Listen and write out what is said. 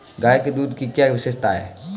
गाय के दूध की क्या विशेषता है?